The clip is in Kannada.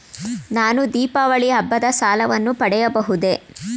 ನಾನು ದೀಪಾವಳಿ ಹಬ್ಬದ ಸಾಲವನ್ನು ಪಡೆಯಬಹುದೇ?